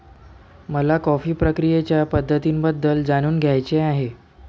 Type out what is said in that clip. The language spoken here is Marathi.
मला कॉफी प्रक्रियेच्या पद्धतींबद्दल जाणून घ्यायचे आहे